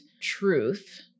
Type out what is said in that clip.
truth